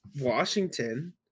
Washington